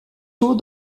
tôt